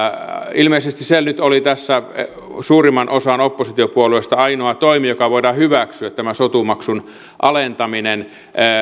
ilmeisesti se nyt oli tässä suurimmalle osalle oppositiopuolueista ainoa toimi joka voidaan hyväksyä tämä sotu maksun alentaminen